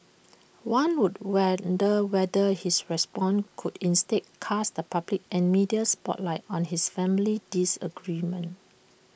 one would wonder whether his response could instead cast the public and media spotlight on this family disagreement